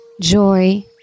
joy